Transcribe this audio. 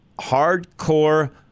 hardcore